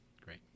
Great